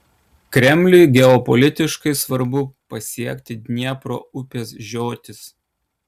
kremliui geopolitiškai svarbu pasiekti dniepro upės žiotis